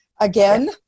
Again